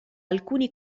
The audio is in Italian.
alcuni